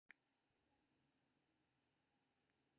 देश मे सबसं बेसी चीनीक उत्पादन उत्तर प्रदेश मे होइ छै